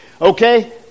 Okay